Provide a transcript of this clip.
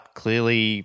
clearly